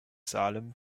salem